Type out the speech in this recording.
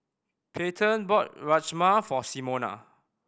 Payton bought Rajma for Simona